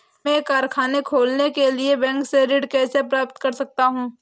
मैं कारखाना खोलने के लिए बैंक से ऋण कैसे प्राप्त कर सकता हूँ?